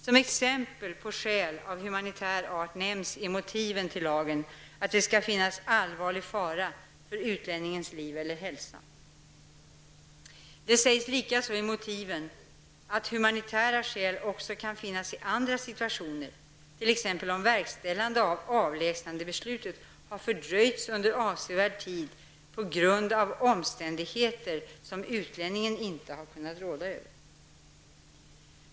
Som exempel på skäl av humanitär art nämns i motiven till lagen att det skall finnas allvarlig fara för utlänningens liv eller hälsa. Det sägs likaså i motiven att humanitära skäl också kan finnas i andra situationer, t.ex. om verkställandet av avlägsnandebeslutet har fördröjts under avsevärd tid på grund av omständigheter som utlänningen inte har kunnat råda över.